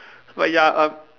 but ya uh